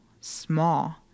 small